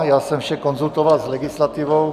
Já jsem vše konzultoval s legislativou.